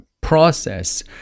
process